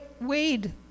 Wade